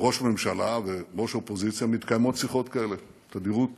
בין ראש ממשלה וראש אופוזיציה מתקיימות שיחות כאלה תדירות,